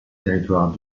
territoire